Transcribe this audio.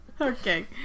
Okay